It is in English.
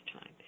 time